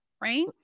right